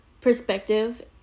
perspective